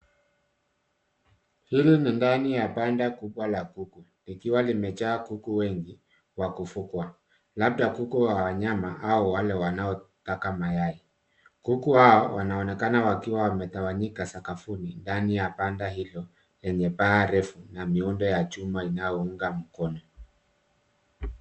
Hili ni ndani ya banda kubwa la kuku likiwa limejaa kuku wengi wa kufugwa, labda kuku wa nyama au wale wanaotaga mayai. Kuku hawa wanaonekana wakiwa wametawanyika sakafuni ndani ya banda hilo lenye paa refu na miundo ya chuma inayounga mkono.